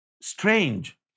strange